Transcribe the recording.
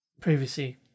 previously